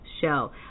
show